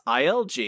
ILG